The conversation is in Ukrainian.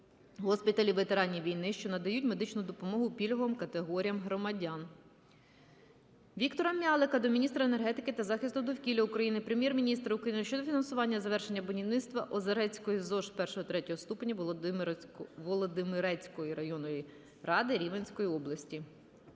(госпіталів ветеранів війни), що надають медичну допомогу пільговим категоріям громадян. Віктора М'ялика до міністра енергетики та захисту довкілля України, Прем'єр-міністра України щодо фінансування завершення будівництва Озерецької ЗОШ І-ІІ ст. Володимирецької районної ради Рівненської області.